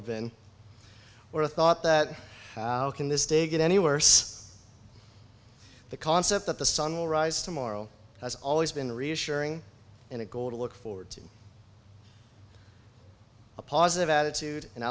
have been or the thought that how can this day get any worse the concept that the sun will rise tomorrow has always been reassuring and a goal to look forward to a positive attitude and